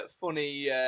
funny